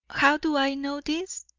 how do i know this?